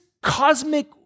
cosmic